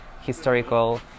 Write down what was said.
historical